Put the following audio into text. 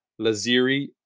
Laziri